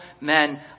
men